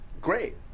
Great